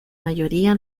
mayoría